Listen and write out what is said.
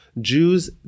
Jews